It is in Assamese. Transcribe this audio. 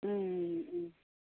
ও ও